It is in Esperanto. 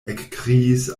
ekkriis